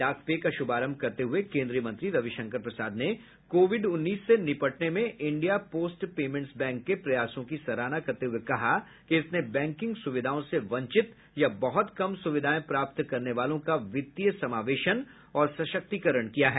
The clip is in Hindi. डाक पे का शुभारंभ करते हुए केन्द्रीय मंत्री रविशंकर प्रसाद ने कोविड उन्नीस से निपटने में इंडिया पोस्ट पेमेंट्स बैंक के प्रयासों की सराहना करते हुए कहा कि इसने बैंकिंग सुविधाओं से वंचित या बहुत कम सुविधाएं प्राप्त करने वालों का वित्तीय समावेशन और सशक्तीकरण किया है